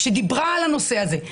שדיברה על הנושא הזה,